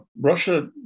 Russia